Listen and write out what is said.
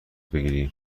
بگیری